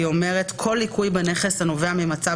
היא אומרת כך: "כל ליקוי בנכס הנובע ממצב